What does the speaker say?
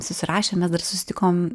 susirašėm mes dar susitikom